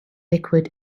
liquid